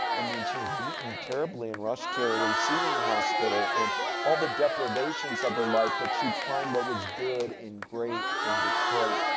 i mean she was beaten terribly and rushed to a receiving hospital and all the deprivations of her life, but she'd find what was good and great in detroit.